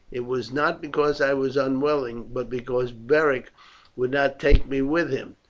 it was not because i was unwilling, but because beric would not take me with him.